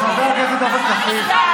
חברת הכנסת סגמן,